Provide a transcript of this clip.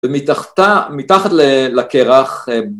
ומתחת לקרח